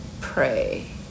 pray